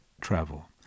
Travel